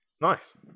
Nice